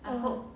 um